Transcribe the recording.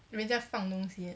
人家放东西